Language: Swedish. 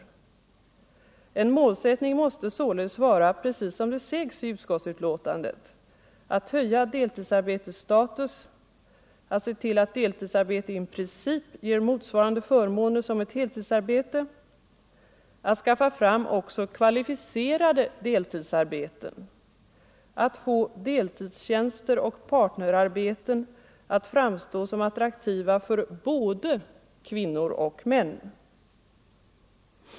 En 28 november 1974 målsättning måste således vara, precis som det sägs i utskottsbetänkandet, att höja deltidsarbetets status, att se till att deltidsarbete i princip ger Jämställdhet motsvarande förmåner som ett heltidsarbete, att skaffa fram också kva mellan män och lificerade deltidsarbeten, att få deltidstjänster och partnerarbeten att fram — kvinnor, m.m. stå som attraktiva för både kvinnor och män.